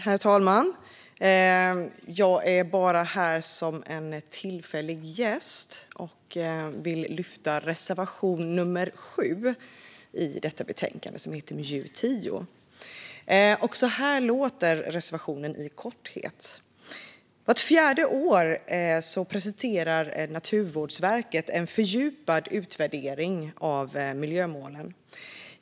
Herr talman! Jag är bara här som en tillfällig gäst och vill lyfta fram reservation 7 i betänkande MJU10 som jag yrkar bifall till. Reservationen lyder: "Vart fjärde år presenterar Naturvårdsverket en fördjupad utvärdering av miljömålen.